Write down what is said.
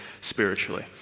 spiritually